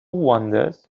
wanders